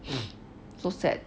so sad